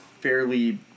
fairly